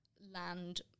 land